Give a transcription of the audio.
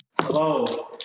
Hello